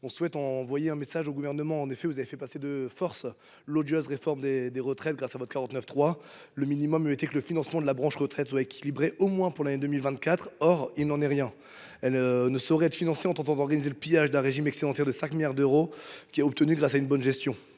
souhaitons envoyer un message au Gouvernement. Monsieur le ministre, vous avez fait passer de force l’odieuse réforme des retraites, par l’emploi du 49.3. Le minimum eût été que le financement de la branche vieillesse fût équilibré, au moins pour l’année 2024. Or il n’en est rien. Cette branche ne saurait être financée en tentant d’organiser le pillage d’un régime excédentaire de 5 milliards d’euros, résultat obtenu grâce à une bonne gestion.